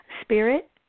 spirit